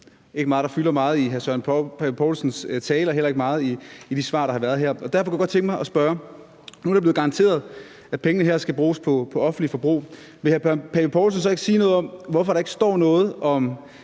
Det er ikke noget, der fylder meget i hr. Søren Pape Poulsens tale – og heller ikke meget i de svar, der har været her. Derfor kunne jeg godt tænke mig at spørge om noget. Nu er det blevet garanteret, at pengene her skal bruges på offentligt forbrug. Vil hr. Søren Pape Poulsen så ikke sige noget om, hvorfor der ikke står noget om